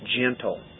Gentle